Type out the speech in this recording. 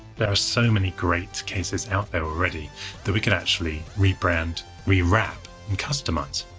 there are so many great cases out there already that we could actually rebrand, rewrap, and customize.